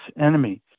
enemy